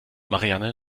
marianne